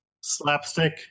slapstick